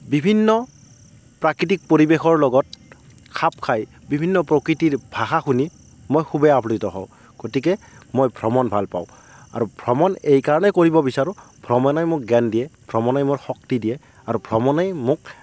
বিভিন্ন প্ৰাকৃতিক পৰিৱেশৰ লগত খাপ খাই বিভিন্ন প্ৰকৃতিৰ ভাষা শুনি মই খুবেই আপ্লুত হওঁ গতিকে মই ভ্ৰমণ ভালপাওঁ আৰু মই ভ্ৰমণ এইকাৰণেই কৰিব বিচাৰোঁ ভ্ৰমণে মোক জ্ঞান দিয়ে ভ্ৰমণে মোক শক্তি দিয়ে আৰু ভ্ৰমণেই মোক